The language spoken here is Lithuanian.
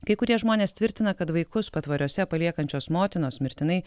kai kurie žmonės tvirtina kad vaikus patvoriuose paliekančios motinos mirtinai